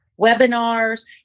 webinars